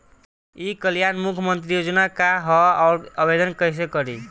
ई कल्याण मुख्यमंत्री योजना का है और आवेदन कईसे करी?